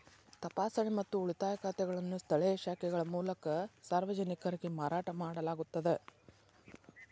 ತಪಾಸಣೆ ಮತ್ತು ಉಳಿತಾಯ ಖಾತೆಗಳನ್ನು ಸ್ಥಳೇಯ ಶಾಖೆಗಳ ಮೂಲಕ ಸಾರ್ವಜನಿಕರಿಗೆ ಮಾರಾಟ ಮಾಡಲಾಗುತ್ತದ